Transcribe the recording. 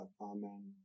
Amen